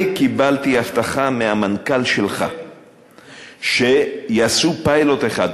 אני קיבלתי הבטחה מהמנכ"ל שלך שיעשו פיילוט אחד,